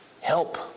Help